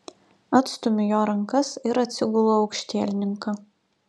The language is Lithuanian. atstumiu jo rankas ir atsigulu aukštielninka